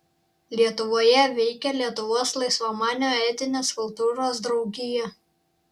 lietuvoje veikė lietuvos laisvamanių etinės kultūros draugija